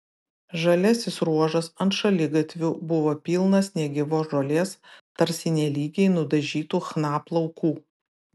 žaliasis ruožas ant šaligatvių buvo pilnas negyvos žolės tarsi nelygiai nudažytų chna plaukų